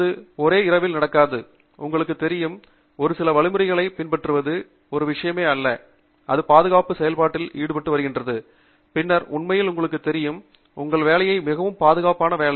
அது ஒரே இரவில் நடக்காது உங்களுக்கு தெரியும் ஒரு சில வழிமுறைகளை பின்பற்றுவது ஒரு விஷயமே அல்ல அது பாதுகாப்பு செயல்பாட்டில் ஈடுபட்டு வருகிறது பின்னர் உண்மையில் உங்களுக்கு தெரியும் உங்கள் வேலை மிகவும் பாதுகாப்பான வேலை